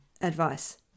advice